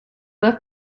left